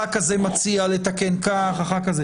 הח"כים מציעים לתקן כך וכולי.